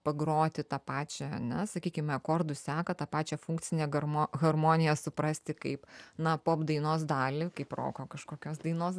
pagroti tą pačią ane sakykime akordų seką tą pačią funkcinę garmo harmoniją suprasti kaip na pop dainos dalį kaip roko kažkokios dainos da